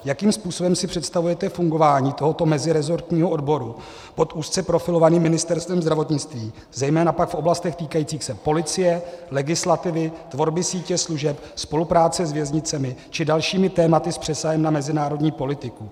Jakým způsobem si představujete fungování tohoto mezirezortního odboru pod úzce profilovaným Ministerstvem zdravotnictví, zejména pak v oblastech týkajících se policie, legislativy, tvorby sítě služeb, spolupráce s věznicemi či dalšími tématy s přesahem na mezinárodní politiku.